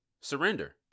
surrender